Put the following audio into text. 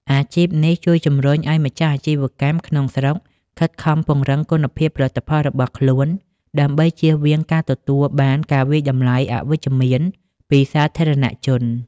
អាជីពនេះជួយជំរុញឱ្យម្ចាស់អាជីវកម្មក្នុងស្រុកខិតខំពង្រឹងគុណភាពផលិតផលរបស់ខ្លួន ដើម្បីជៀសវាងការទទួលបានការវាយតម្លៃអវិជ្ជមានពីសាធារណជន។